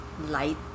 light